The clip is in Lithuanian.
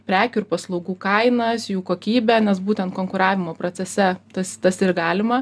prekių ir paslaugų kainas jų kokybę nes būtent konkuravimo procese tas tas ir galima